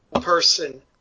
person